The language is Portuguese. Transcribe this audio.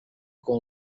com